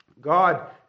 God